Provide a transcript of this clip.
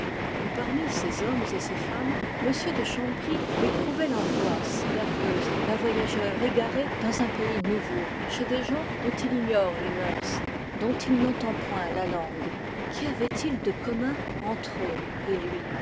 et parmi ces hommes et ces femmes il éprouvait l'angoisse nerveuse d'un voyageur égaré chez des gens dont il n'entend point la langue qu'y avait-il de commun entre eux et lui